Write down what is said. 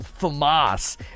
FAMAS